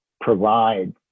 provide